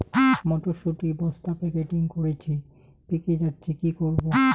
মটর শুটি বস্তা প্যাকেটিং করেছি পেকে যাচ্ছে কি করব?